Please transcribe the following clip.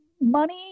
money